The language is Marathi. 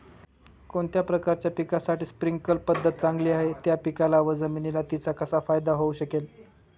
कोणत्या प्रकारच्या पिकासाठी स्प्रिंकल पद्धत चांगली आहे? त्या पिकाला व जमिनीला तिचा कसा फायदा होऊ शकेल?